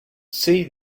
see